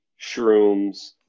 shrooms